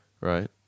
right